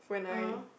(uh huh)